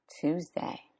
Tuesday